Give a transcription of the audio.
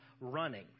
running